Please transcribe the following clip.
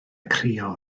crio